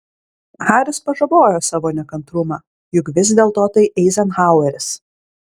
haris pažabojo savo nekantrumą juk vis dėlto tai eizenhaueris